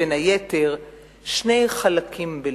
בין היתר: "שני חלקים בלבי,